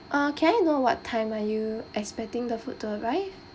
uh can I know what time are you expecting the food to arrive